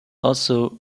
also